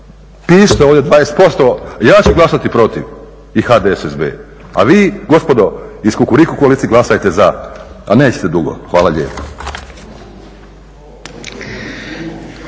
pišite ovdje 20%, a ja ću glasati protiv i HDSSB, a vi gospodo iz Kukuriku koalicije glasajte za. Nećete dugo. Hvala lijepo.